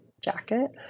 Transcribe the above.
jacket